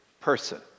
person